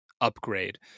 upgrade